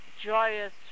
joyous